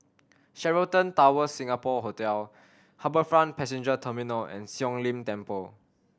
Sheraton Towers Singapore Hotel HarbourFront Passenger Terminal and Siong Lim Temple